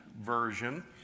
version